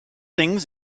things